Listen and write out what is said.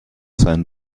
seinen